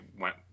went